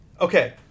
Okay